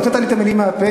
הוצאת לי את המילים מהפה,